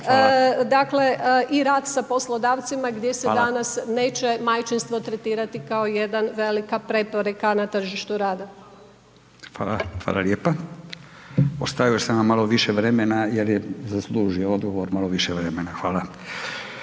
dakle i rad sa poslodavcima gdje se danas neće majčinstvo tretirao kao jedna velika prepreka na tržištu rada. **Radin, Furio (Nezavisni)** Hvala lijepa. Ostavio sam vam malo više vremena jer je zaslužio odgovor, malo više vremena, hvala.